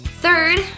Third